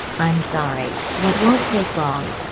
i'm sorry, what won't take long?